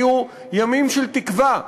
היו ימים של תקווה,